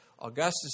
Augustus